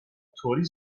طوری